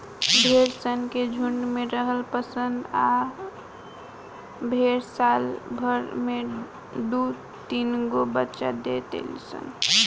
भेड़ सन के झुण्ड में रहल पसंद ह आ भेड़ साल भर में दु तीनगो बच्चा दे देली सन